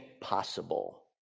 possible